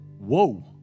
Whoa